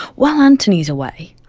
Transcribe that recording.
while antony's away,